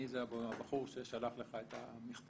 אני זה הבחור ששלח לך את המכתב.